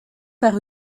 par